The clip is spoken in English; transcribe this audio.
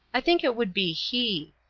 i think it would be he.